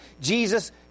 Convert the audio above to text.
Jesus